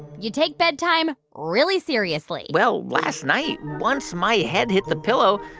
you take bedtime really seriously well, last night, once my head hit the pillow,